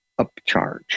upcharge